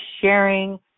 sharing